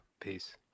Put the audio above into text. Peace